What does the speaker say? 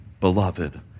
beloved